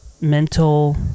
mental